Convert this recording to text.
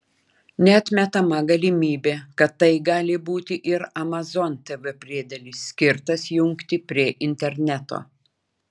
neatmetama galimybė kad tai gali būti ir amazon tv priedėlis skirtas jungti prie interneto